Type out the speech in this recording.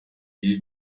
ibibi